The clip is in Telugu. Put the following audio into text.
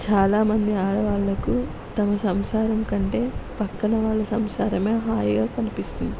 చాలామంది ఆడవాళ్ళకూ తమ సంసారం కంటే పక్కన వాళ్ళ సంసారమే హాయిగా కనిపిస్తుంది